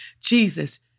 Jesus